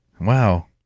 Wow